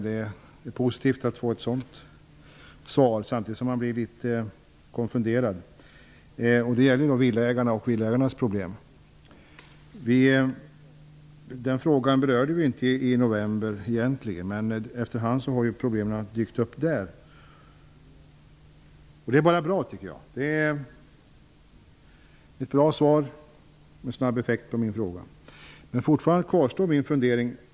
Det är positivt att få ett sådant gensvar, men samtidigt blir man litet konfunderad. Det gäller nu villaägarna och deras problem. Den frågan berörde vi egentligen inte i november. Efterhand har det dykt upp problem. Jag har fått ett bra svar och en snabb reaktion på min fråga. Fortfarande kvarstår min fundering.